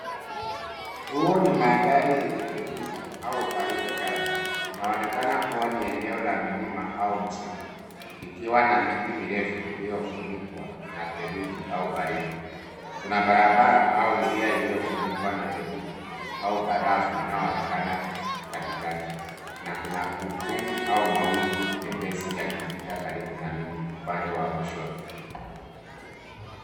Huu ni maandhari yenye theluji au baridi kali. Inaonekana kuwa ni eneo la milima au msitu, likiwa na miti milefu iliyo funikwa na theluji au baridi. Kuna barabara au njia iliyo funikwa na theluji au barafu inaonekana katikati. Na kuna ukungu au mawingu mepesi yakipita karibu na miti upande wa kushoto.